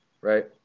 Right